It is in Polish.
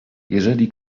jeżeli